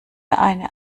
eine